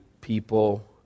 people